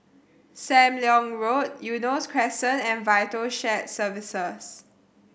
Sam Leong Road Eunos Crescent and Vital Shared Services